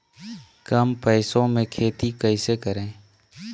कम पैसों में खेती कैसे करें?